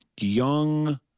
young